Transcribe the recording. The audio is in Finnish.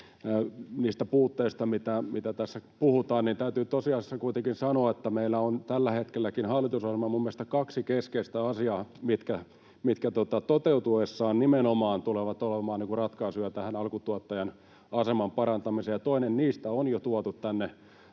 niistä puutteista, mistä tässä puhutaan. Täytyy tosiasiassa kuitenkin sanoa, että meillä on tällä hetkelläkin hallitusohjelmassa minun mielestäni kaksi keskeistä asiaa, mitkä toteutuessaan nimenomaan tulevat olemaan ratkaisuja tähän alkutuottajan aseman parantamiseen. Toinen niistä on jo tuotu tänne